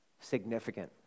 significant